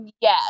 yes